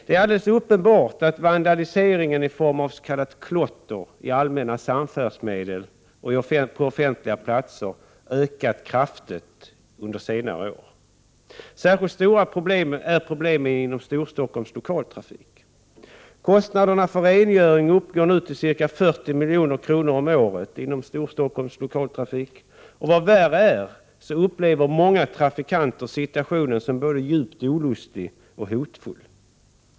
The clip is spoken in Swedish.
Det är alldeles uppenbart att vandalisering i form av s.k. klotter i allmänna samfärdsmedel och på offentliga platser ökat kraftigt under senare år. Särskilt stora är problemen inom Storstockholms Lokaltrafik. Kostnaderna för rengöring uppgår nu till ca 40 milj.kr. om året för Storstockholms Lokaltrafik, och vad värre är upplever många trafikanter situationen som både djupt olustig och hotfull.